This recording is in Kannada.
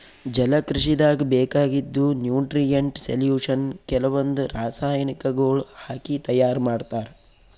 ಜಲಕೃಷಿದಾಗ್ ಬೇಕಾಗಿದ್ದ್ ನ್ಯೂಟ್ರಿಯೆಂಟ್ ಸೊಲ್ಯೂಷನ್ ಕೆಲವಂದ್ ರಾಸಾಯನಿಕಗೊಳ್ ಹಾಕಿ ತೈಯಾರ್ ಮಾಡ್ತರ್